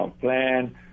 plan